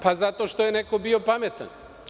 Pa, zato što je neko bio pametan.